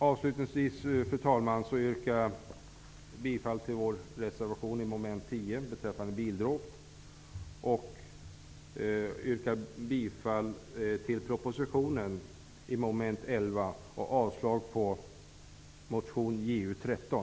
Avslutningsvis yrkar jag bifall till vår reservation under mom. 10 beträffande bildråp och till propositionens förslag under mom. 11 samt avslag på motion Ju13.